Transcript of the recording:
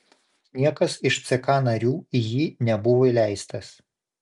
niekas iš ck narių į jį nebuvo įleistas